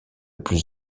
plus